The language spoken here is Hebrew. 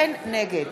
נגד